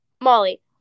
Molly